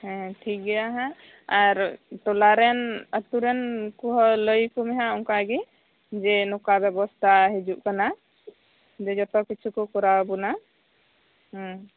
ᱦᱮᱸ ᱴᱷᱤᱠ ᱜᱮᱭᱟ ᱱᱟᱦᱟᱸᱜ ᱟᱨ ᱴᱚᱞᱟ ᱨᱮᱱ ᱟᱹᱛᱩ ᱨᱮᱱ ᱠᱚᱦᱚᱸ ᱞᱟᱹᱭ ᱟᱠᱚᱢᱮ ᱱᱟᱦᱟᱸᱜ ᱚᱱᱠᱟᱜᱮ ᱡᱮ ᱱᱚᱝᱠᱟ ᱵᱮᱵᱚᱥᱛᱟ ᱦᱤᱡᱩᱜ ᱠᱟᱱᱟ ᱡᱮ ᱡᱚᱛᱚ ᱠᱤᱪᱷᱩ ᱠᱚ ᱠᱚᱨᱟᱣ ᱟᱵᱚᱱᱟ ᱦᱮᱸ